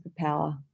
superpower